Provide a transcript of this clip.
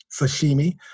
sashimi